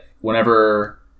whenever